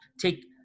take